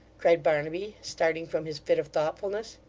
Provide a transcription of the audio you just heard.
cried barnaby, starting from his fit of thoughtfulness.